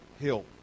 hill